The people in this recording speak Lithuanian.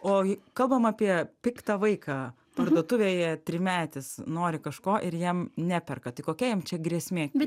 oi kalbam apie piktą vaiką parduotuvėje trimetis nori kažko ir jam neperka tai kokia jam čia grėsmė